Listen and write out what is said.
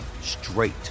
straight